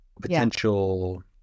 potential